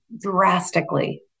drastically